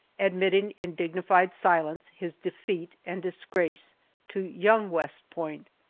admitting in dignified silence his defeat and disgrace to young west point,